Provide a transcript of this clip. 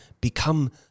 become